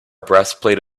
breastplate